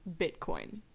bitcoin